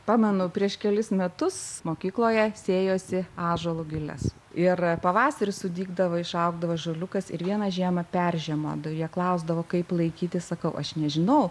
pamenu prieš kelis metus mokykloje sėjosi ąžuolo giles ir pavasarį sudygdavo išaugdavo žaliukas ir vieną žiemą peržiemondavo jie klausdavo kaip laikyti sakau aš nežinau